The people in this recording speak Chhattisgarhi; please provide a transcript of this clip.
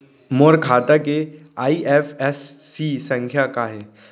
मोर खाता के आई.एफ.एस.सी संख्या का हे?